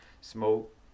smoke